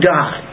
God